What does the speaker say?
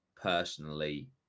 personally